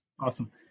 awesome